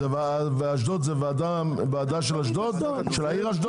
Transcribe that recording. ועדה של העיר אשדוד?